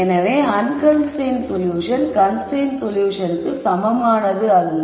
எனவே unconstrained solution constrained சொல்யூஷனுக்கு சமமானது அல்ல